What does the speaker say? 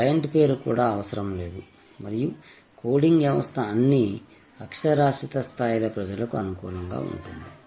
client పేరు కూడా అవసరం లేదు మరియు కోడింగ్ వ్యవస్థ అన్ని అక్షరాస్యత స్థాయిల ప్రజలకు అనుకూలంగా ఉంటుంది